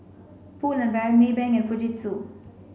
Pull and Bear Maybank and Fujitsu